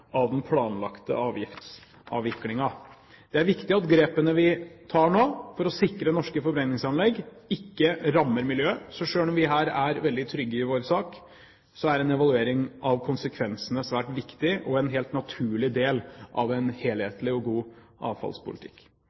av den planlagte avgiftsavviklingen. Det er viktig at grepene vi tar nå for å sikre norske forbrenningsanlegg, ikke rammer miljøet. Selv om vi er veldig trygge i vår sak, er en evaluering av konsekvensene svært viktig og en helt naturlig del av en helhetlig og god avfallspolitikk.